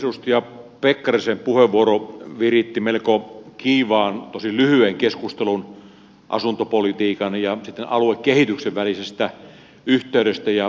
edustaja pekkarisen puheenvuoro viritti melko kiivaan tosin lyhyen keskustelun asuntopolitiikan ja sitten aluekehityksen välisestä yhteydestä ja suhteesta